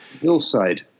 Hillside